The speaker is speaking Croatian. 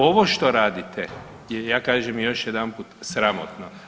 Ovo što radite je, ja kažem još jedanput, sramotno.